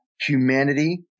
humanity